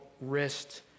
wrist